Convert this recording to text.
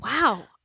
Wow